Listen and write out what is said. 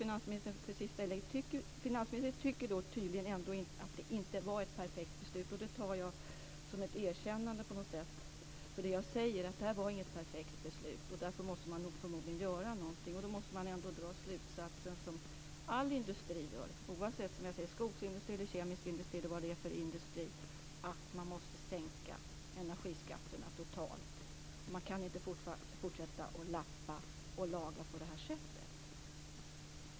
Finansministern tycker tydligen ändå att det inte var ett perfekt beslut. Det tar jag som ett erkännande av det jag sade om att detta inte var ett perfekt beslut och att man förmodligen måste göra någonting. Jag drar då den slutsatsen, som all industri drar oavsett om det är skogsindustri, kemisk industri eller annan industri, att man måste sänka energiskatterna totalt sett. Man kan inte fortsätta att lappa och laga på det här sättet.